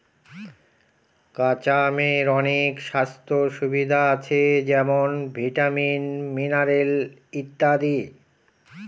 কাঁচা আমের অনেক স্বাস্থ্য সুবিধা আছে যেমন ভিটামিন, মিনারেল ইত্যাদি